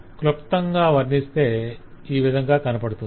క్లుప్తంగా వర్ణిస్తే ఈ విధంగా కనపడుతుంది